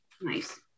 nice